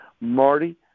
Marty